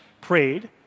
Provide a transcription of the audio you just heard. prayed